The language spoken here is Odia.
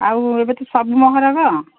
ଆଉ ଏବେ ତ ସବୁ ମହରକ